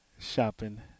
Shopping